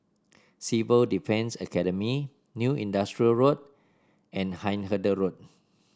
Civil Defence Academy New Industrial Road and Hindhede Road